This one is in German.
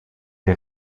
der